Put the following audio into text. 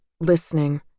listening